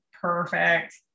perfect